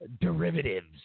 derivatives